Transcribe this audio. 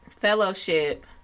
Fellowship